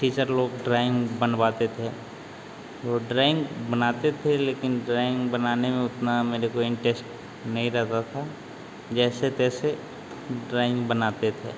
teacher लोग drawing बनवाते थे वो ड्राइंग बनाते थे लेकिन ड्राइंग बनाने में उतना मेरे को इन्टेस्ट नहीं र गा था जैसे तैसे ड्राइंग बनाते थे